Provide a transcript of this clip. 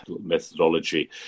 methodology